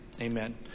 Amen